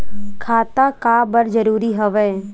खाता का बर जरूरी हवे?